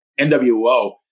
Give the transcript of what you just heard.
NWO